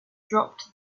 dropped